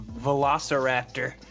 velociraptor